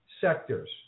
sectors